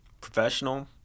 Professional